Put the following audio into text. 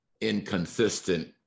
inconsistent